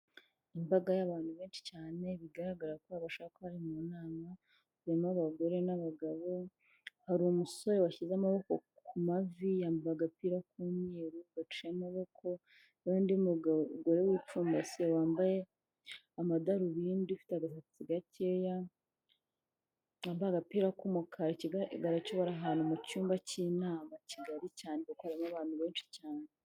Imbaga y'abantu benshi cyane, bigaragara ko bashobora kuba bari mu nama, harimo abagore n'abagabo, hari umusore washyize amaboko ku mavi, yambaye agapira k'umweru gaciye amaboko, n'undi mugore wipfumbase wambaye amadarubindi ufite agasatsi gakeya, wambaye agapira k'umukara, ikigaragara cyo bari ahantu mu cyumba cy'inama kigari cyane kuko hari abantu benshi cyane.